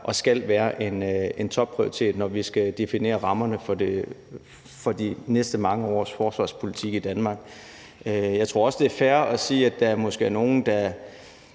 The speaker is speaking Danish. og skal være en topprioritet, når vi skal definere rammerne for de næste mange års forsvarspolitik i Danmark. Jeg tror også, det er fair at sige, at der måske er nogle, der